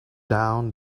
down